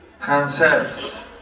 concepts